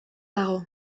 dago